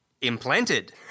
implanted